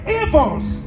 evils